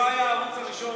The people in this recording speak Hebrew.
אם לא היה הערוץ הראשון,